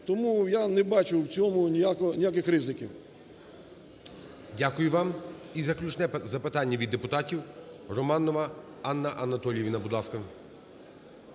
Тому я не бачу в цьому ніяких ризиків. ГОЛОВУЮЧИЙ. Дякую вам. І заключне запитання від депутатів. Романова Анна Анатоліївна, будь ласка.